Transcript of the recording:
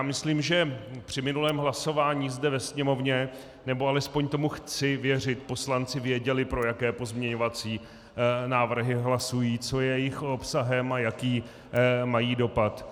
Myslím, že při minulém hlasování zde ve Sněmovně, nebo alespoň tomu chci věřit, poslanci věděli, pro jaké pozměňovací návrhy hlasují, co je jejich obsahem a jaký mají dopad.